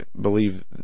believe